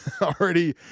already